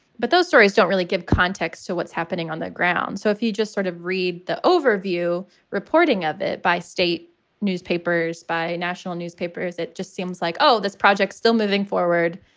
but those stories don't really give context to what's happening on the ground. so if you just sort of read the overview reporting of it by state newspapers, by national newspapers, it just seems like. oh, this project's still moving forward.